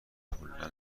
کلا